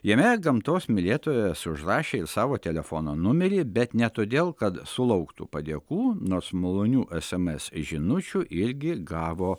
jame gamtos mylėtojas užrašė ir savo telefono numerį bet ne todėl kad sulauktų padėkų nors malonių sms žinučių irgi gavo